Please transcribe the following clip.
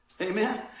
Amen